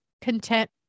content